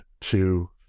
two